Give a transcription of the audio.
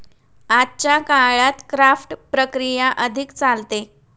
आजच्या काळात क्राफ्ट प्रक्रिया अधिक चालते